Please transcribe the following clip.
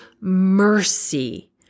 mercy